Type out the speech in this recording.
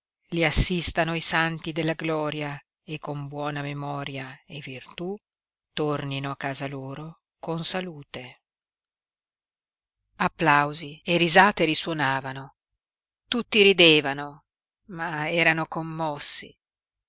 i assistano i santi della gloria e con buona memoria e virtú tornino a casa loro con salute applausi e risate risuonavano tutti ridevano ma erano commossi